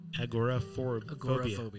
agoraphobia